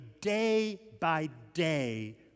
day-by-day